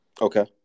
Okay